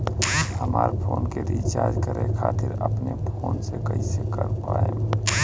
हमार फोन के रीचार्ज करे खातिर अपने फोन से कैसे कर पाएम?